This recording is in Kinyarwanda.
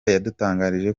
yadutangarije